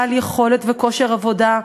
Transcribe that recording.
בעל יכולת וכושר עבודה,